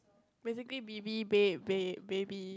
basically bebe babe bae baby